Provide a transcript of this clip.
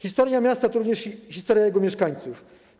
Historia miasta to również historia jego mieszkańców.